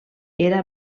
era